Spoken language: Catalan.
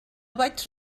vaig